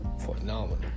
phenomenal